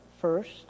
first